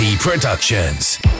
Productions